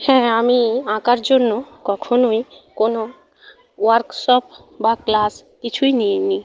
sir আমি আঁকার জন্য কখনোই কোনো ওয়ার্কশপ বা ক্লাস কিছুই নিই নি